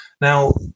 Now